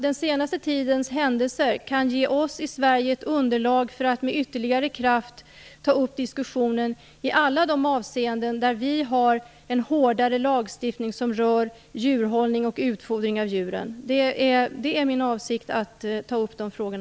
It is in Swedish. Den senaste tidens händelser kan ge oss i Sverige ett underlag för att med ytterligare kraft ta upp en diskussion i alla de avseenden där vi har en hårdare lagstiftning som rör djurhållning och utfodring av djuren. Ja, det är min avsikt att ta upp dessa frågor.